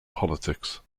politics